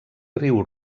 riu